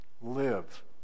Live